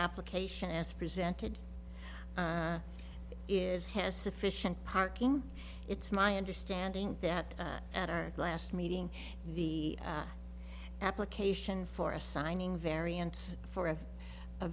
application as presented is has sufficient parking it's my understanding that at our last meeting the application for assigning variance for a